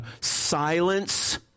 silence